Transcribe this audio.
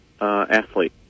athlete